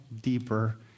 deeper